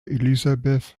elizabeth